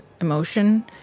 emotion